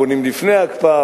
בונים לפני ההקפאה,